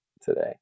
today